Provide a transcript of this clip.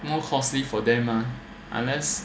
more costly for them ah unless